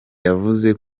yavuze